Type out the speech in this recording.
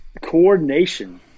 coordination